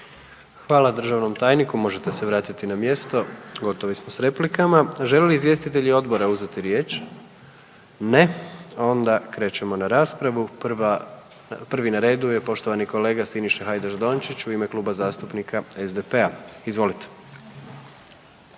Hvala državnom tajniku, možete se vratiti na mjesto gotovi smo s replikama. Žele li izvjestitelji odbora uzeti riječ? Ne. Onda krećemo na raspravu, prvi na redu je poštovani kolega Siniša Hajdaš Dončić u ime Kluba zastupnika SDP-a. Izvolite.